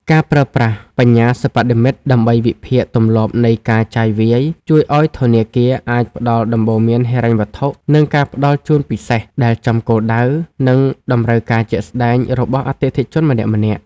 ការប្រើប្រាស់ បញ្ញាសិប្បនិម្មិត ដើម្បីវិភាគទម្លាប់នៃការចាយវាយ ជួយឱ្យធនាគារអាចផ្ដល់ដំបូន្មានហិរញ្ញវត្ថុ និងការផ្ដល់ជូនពិសេសដែលចំគោលដៅ និងតម្រូវការជាក់ស្ដែងរបស់អតិថិជនម្នាក់ៗ។